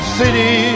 city